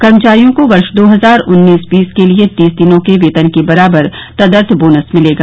कर्मचारियों को वर्ष दो हजार उन्नीस बीस के लिए तीस दिनों के वेतन के बराबर तदर्थ बोनस मिलेगा